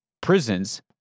prisons